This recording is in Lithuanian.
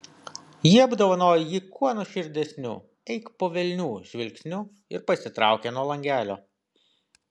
ji apdovanojo jį kuo nuoširdesniu eik po velnių žvilgsniu ir pasitraukė nuo langelio